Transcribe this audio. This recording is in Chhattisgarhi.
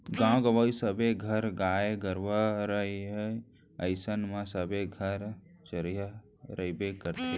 गॉंव गँवई सबे घर गाय गरूवा रहय अइसन म सबे घर चरिहा रइबे करथे